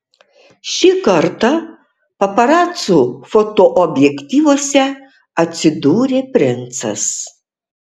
šį kartą paparacų fotoobjektyvuose atsidūrė princas